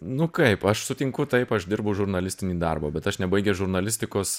nu kaip aš sutinku taip aš dirbu žurnalistinį darbą bet aš nebaigęs žurnalistikos